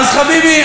אז חביבי,